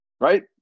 right